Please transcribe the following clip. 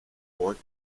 port